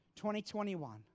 2021